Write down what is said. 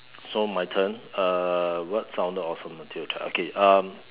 so my turn uh what sounded sounded awesome until I tried okay um